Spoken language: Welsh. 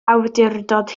awdurdod